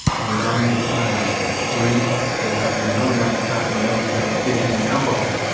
and as long as it's not like drink, cause, i mean, i remember times when there was guys fishing alcohol,